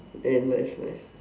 and nice nice